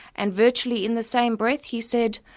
and virtually in the same breath he said,